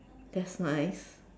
that's nice